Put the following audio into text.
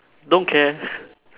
don't care